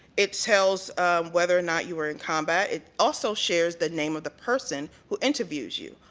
it tells whether or not you are in combat, it also shares the name of the person who interviews you.